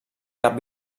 cap